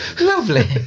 Lovely